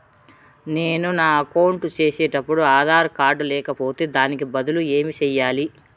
నేను నా అకౌంట్ సేసేటప్పుడు ఆధార్ కార్డు లేకపోతే దానికి బదులు ఏమి సెయ్యాలి?